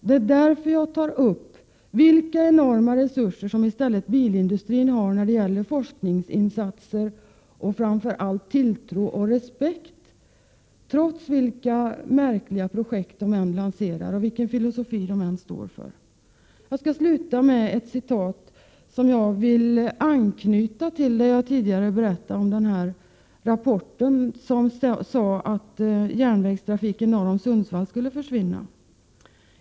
Det är därför jag talar om de enorma resurser som bilindustrin har när det gäller forskningsinsatser och framför allt om den tilltro och respekt industrin har, hur märkliga projekt den än lanserar och vilken filosofi den än står för. Jag skall sluta med ett citat och vill då anknyta till vad jag tidigare berättade om den rapport där det sades att järnvägstrafiken norr om Sundsvall skulle försvinna.